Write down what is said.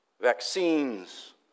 Vaccines